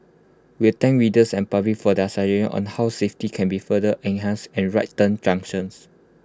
we thank readers and public for their on how safety can be further enhanced at right turn junctions